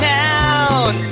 town